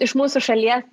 iš mūsų šalies